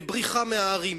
לבריחה מהערים.